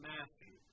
Matthew